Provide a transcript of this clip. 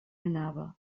anava